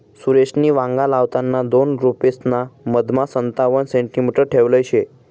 सुरेशनी वांगा लावताना दोन रोपेसना मधमा संतावण सेंटीमीटर ठेयल शे